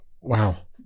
wow